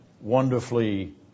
wonderfully